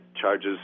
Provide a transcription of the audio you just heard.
charges